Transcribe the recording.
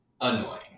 annoying